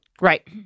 Right